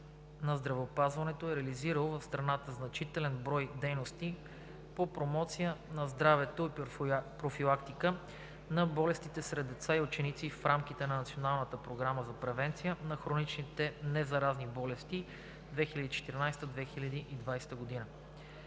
на здравеопазването е реализирало в страната значителен брой дейности по промоция на здравето и профилактика на болестите сред деца и ученици в рамките на Националната програма за превенция на